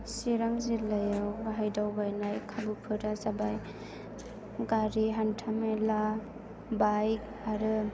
सिरां जिल्लायाव गाहाय दावबायनाय खाबुफोरा जाबाय गारि हान्था मेला बाइक आरो